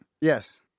yes